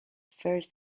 first